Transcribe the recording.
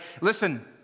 Listen